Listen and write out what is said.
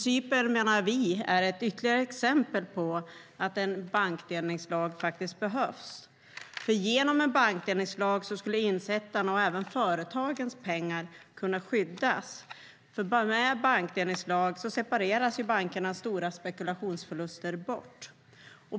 Cypern menar vi är ytterligare ett exempel på att en bankdelningslag faktiskt behövs. Genom en bankdelningslag skulle insättarnas och även företagens pengar kunna skyddas. Med en bankdelningslag separeras ju bankernas stora spekulationsförluster bort.